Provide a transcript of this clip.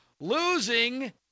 Losing